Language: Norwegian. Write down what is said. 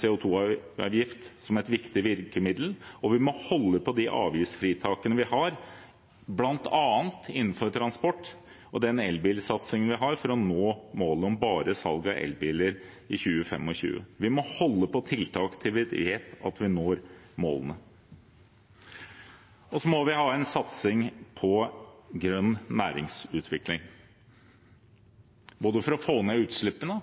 CO 2 -avgiften som et viktig virkemiddel, og vi må holde på de avgiftsfritakene vi har, bl.a. innenfor transport, og den elbilsatsingen vi har for å nå målet om bare salg av elbiler i 2025. Vi må holde på tiltak til vi vet at vi når målene. Så må vi ha en satsing på grønn næringsutvikling for å få ned utslippene,